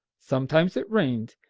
sometimes it rained,